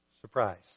Surprise